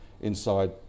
inside